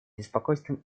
беспокойством